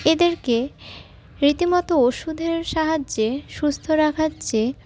এদেরকে রীতিমতো ওষুধের সাহায্যে সুস্থ রাখার চেয়ে